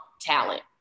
talent